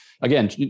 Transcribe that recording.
Again